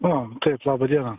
nu taip laba diena